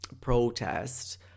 protest